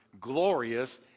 glorious